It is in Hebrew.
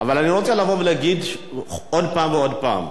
אבל אני רוצה לבוא ולהגיד עוד הפעם ועוד הפעם,